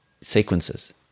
sequences